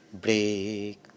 Break